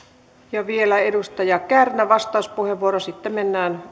ja vielä edustaja kärnä vastauspuheenvuoro sitten mennään